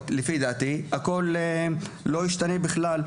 לפי דעתי, הרפורמה הזאת לא תשנה את המצב הזה בכלל.